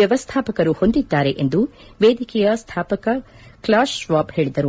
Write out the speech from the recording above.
ವ್ಯವಸ್ಥಾಪಕರು ಹೊಂದಿದ್ದಾರೆ ಎಂದು ವೇದಿಕೆಯ ಸ್ಥಾಪಕ ಕ್ಷಾಸ್ ಶ್ವಾಬ್ ಹೇಳಿದರು